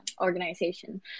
organization